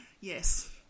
Yes